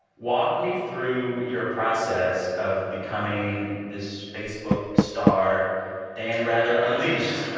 walk me through your process of becoming this facebook star dan rather unleashed